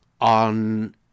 on